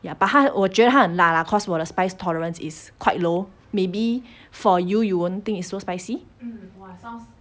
ya but 它我觉得他很辣 lah cause 我的 spice tolerance is quite low maybe for you you won't think it's so spicy